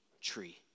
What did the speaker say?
tree